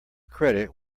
credit